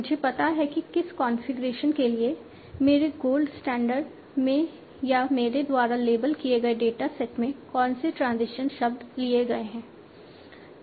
मुझे पता है कि किस कॉन्फ़िगरेशन के लिए मेरे गोल्ड स्टैंडर्ड में या मेरे द्वारा लेबल किए गए डेटा सेट में कौन से ट्रांजिशन शब्द लिए गए हैं